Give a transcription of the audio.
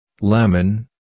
Lemon